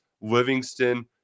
Livingston